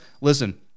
Listen